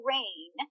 Rain